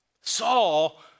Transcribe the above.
Saul